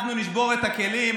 אנחנו נשבור את הכלים,